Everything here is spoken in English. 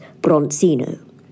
Bronzino